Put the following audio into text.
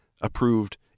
approved